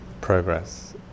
progress